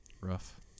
Rough